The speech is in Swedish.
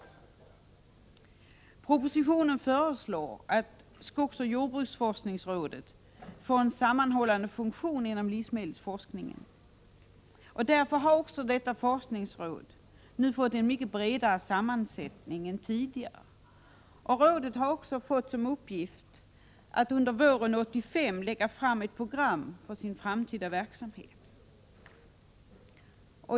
I propositionen föreslås att skogsoch jordbruksforskningsrådet får en sammanhållande funktion inom livsmedelsforskningen. Därför har också detta forskningsråd nu fått en bredare sammansättning än tidigare. Rådet har även fått som uppgift att under våren 1985 lägga fram ett program för sin framtida verksamhet.